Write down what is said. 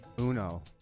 uno